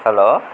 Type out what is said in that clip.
hello